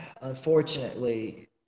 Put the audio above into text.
unfortunately